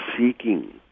seeking